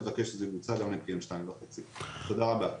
נבקש שזה יבוצע גם ל- PM2.5. תודה רבה.